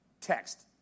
text